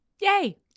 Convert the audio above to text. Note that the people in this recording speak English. Yay